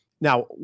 Now